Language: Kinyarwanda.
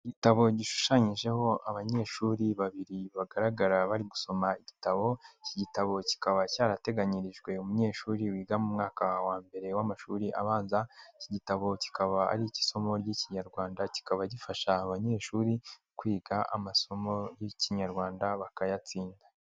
Igitabo gishushanyijeho abanyeshuri babiri bagaragara bari gusoma igitabo, iki gitabo kikaba cyarateganyirijwe umunyeshuri wiga mu mwaka wa mbere w'amashuri abanza, iki gitabo kikaba ari icy' isomo ry'ikinyarwanda, kikaba gifasha abanyeshuri kwiga amasomo y'ikinyarwanda bakayatsinda.